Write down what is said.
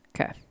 Okay